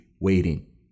waiting